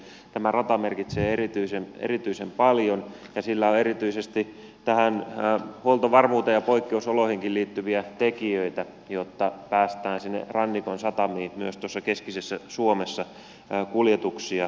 tämä rata merkitsee erityisen paljon ja sillä on erityisesti tähän huoltovarmuuteen ja poikkeusoloihinkin liittyviä tekijöitä jotta päästään sinne rannikon satamiin myös tuossa keskisessä suomessa kuljetuksia tekemään